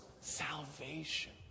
salvation